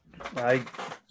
I